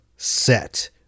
set